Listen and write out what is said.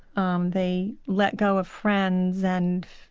um they let go of friends and